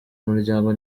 umuryango